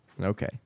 Okay